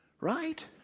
right